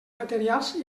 materials